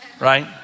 right